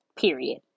Period